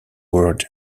words